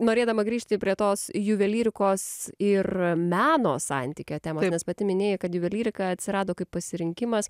norėdama grįžti prie tos juvelyrikos ir meno santykio temos nes pati minėjai kad juvelyrika atsirado kaip pasirinkimas